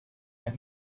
have